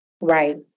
Right